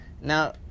Now